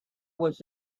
was